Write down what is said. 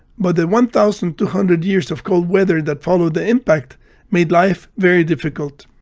but the one thousand two hundred years of cold weather that followed the impact made life very difficult.